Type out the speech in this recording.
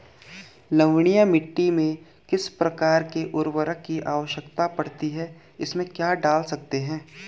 लवणीय मिट्टी में किस प्रकार के उर्वरक की आवश्यकता पड़ती है इसमें क्या डाल सकते हैं?